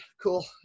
cool